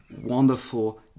wonderful